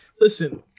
listen